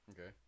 Okay